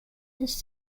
his